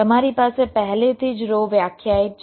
તમારી પાસે પહેલેથી જ રો વ્યાખ્યાયિત છે